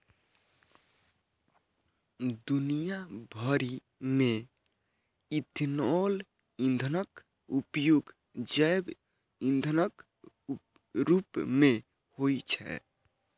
दुनिया भरि मे इथेनॉल ईंधनक उपयोग जैव ईंधनक रूप मे होइ छै